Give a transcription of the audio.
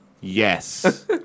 yes